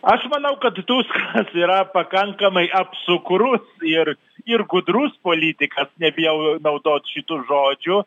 aš manau kad tuskas yra pakankamai apsukrus ir ir gudrus politikas nebijau naudot šitų žodžių